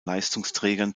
leistungsträgern